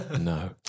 no